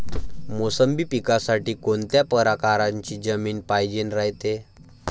मोसंबी पिकासाठी कोनत्या परकारची जमीन पायजेन रायते?